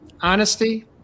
honesty